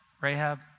Rahab